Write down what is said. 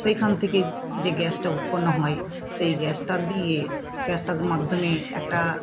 সেইখান থেকে যে গ্যাসটা উৎপন্ন হয় সেই গ্যাসটা দিয়ে গ্যাসটার মাধ্যমে একটা